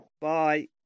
Bye